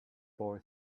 boy